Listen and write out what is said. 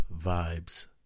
vibes